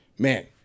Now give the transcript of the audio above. Man